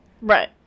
Right